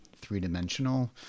three-dimensional